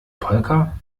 polka